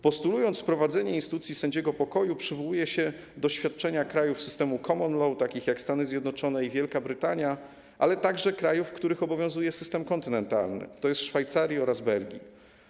Postulując wprowadzenie instytucji sędziego pokoju, przywołuje się doświadczenia krajów systemu common law, takich jak Stany Zjednoczone i Wielka Brytania, ale także krajów, w których obowiązuje system kontynentalny, tj. Szwajcarii oraz Belgii.